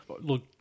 Look